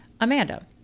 Amanda